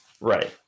right